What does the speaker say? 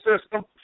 system